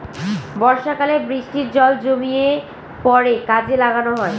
বর্ষাকালে বৃষ্টির জল জমিয়ে পরে কাজে লাগানো হয়